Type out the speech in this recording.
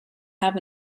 have